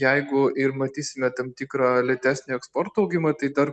jeigu ir matysime tam tikrą lėtesnį eksporto augimą tai dar